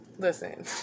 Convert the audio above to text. listen